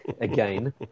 again